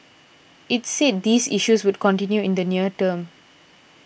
it said these issues would continue in the near term